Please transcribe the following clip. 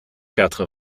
quatre